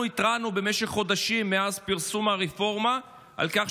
אנחנו התרענו במשך חודשים מאז פרסום הרפורמה על כך